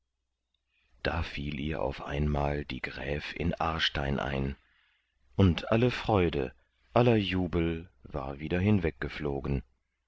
da fiel ihr auf einmal die gräf in aarstein ein und alle freude aller jubel war wieder